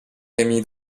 remy